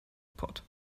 pot